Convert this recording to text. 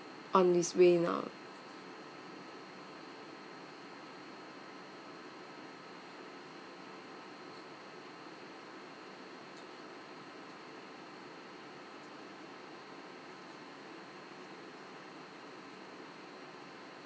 on his way now